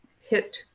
hit